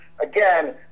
again